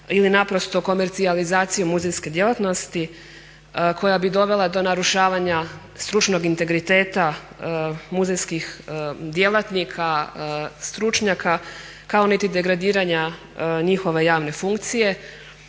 ili naprosto komercijalizaciju muzejske djelatnosti koja bi dovela do narušavanja stručnog integriteta muzejskih djelatnika stručnjaka kao niti degradiranja njihove javne funkcije,